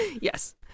Yes